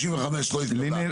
65 לא התקבלה.